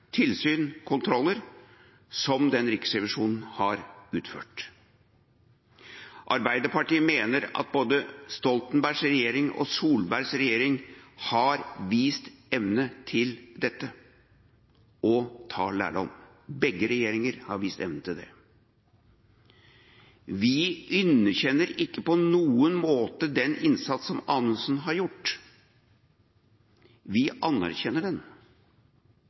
tilsyn og kontroller, som den Riksrevisjonen har utført. Arbeiderpartiet mener at både Stoltenbergs regjering og Solbergs regjering har vist evne til å ta lærdom. Begge regjeringer har vist evne til det. Vi underkjenner ikke på noen måte den innsatsen som Anders Anundsen har gjort. Vi anerkjenner den,